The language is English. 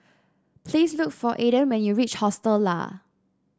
please look for Aaden when you reach Hostel Lah